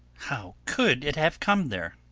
how could it have come there?